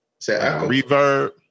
reverb